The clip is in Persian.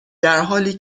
درحالی